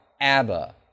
Abba